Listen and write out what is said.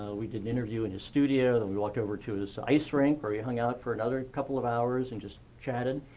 we did an interview in his studio. then we walked over to his ice rink where we hung out for another couple of hours and just chatted.